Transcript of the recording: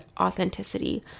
authenticity